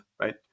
right